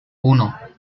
uno